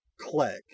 click